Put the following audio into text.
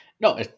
no